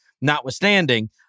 notwithstanding